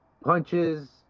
Punches